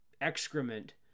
excrement